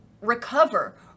recover